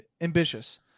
ambitious